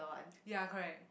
ya correct